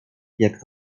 jak